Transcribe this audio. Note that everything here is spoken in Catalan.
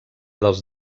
dels